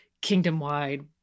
kingdom-wide